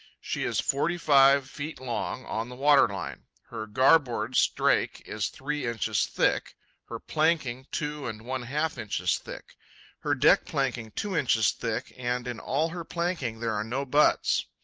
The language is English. she is forty-five feet long on the waterline. her garboard strake is three inches thick her planking two and one-half inches thick her deck-planking two inches thick and in all her planking there are no butts.